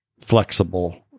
flexible